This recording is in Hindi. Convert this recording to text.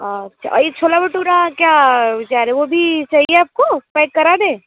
अच्छा और ये छोला भटूरा क्या विचार है वो भी चाहिए आपको पैक करा दें